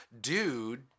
Dude